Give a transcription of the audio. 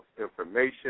information